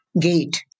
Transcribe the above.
gate